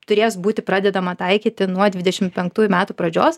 turės būti pradedama taikyti nuo dvidešim penktųjų metų pradžios